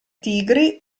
tigri